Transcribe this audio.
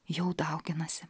jau dauginasi